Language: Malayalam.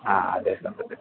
ആ അതെ സാർ